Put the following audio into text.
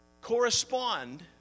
correspond